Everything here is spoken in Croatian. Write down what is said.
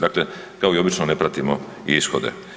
Dakle, kao i obično ne pratimo i ishode.